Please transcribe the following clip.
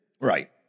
Right